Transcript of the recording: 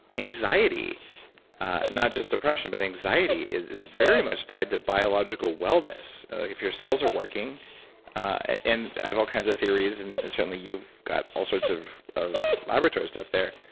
anxiety not just depression, but anxiety is is very much tied to biological wellness. if your cells are working and i've all kinds of theories and certainly you've got all sorts of of laboratory stuff there,